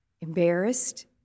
Embarrassed